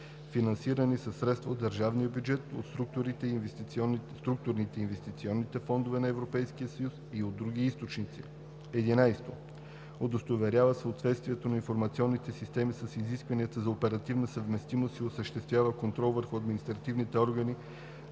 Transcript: финансирани със средства от държавния бюджет, от структурните и инвестиционните фондове на Европейския съюз и от други източници; 11. удостоверява съответствието на информационните системи с изискванията за оперативна съвместимост и осъществява контрол върху административните органи